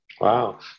Wow